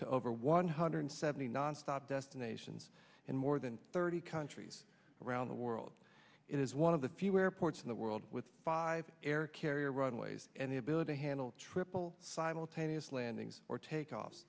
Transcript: to over one hundred seventy nonstop destinations and more than thirty countries around the world it is one of the few airports in the world with five air carrier and the ability to handle triple simultaneous landings or takeoff